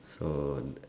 so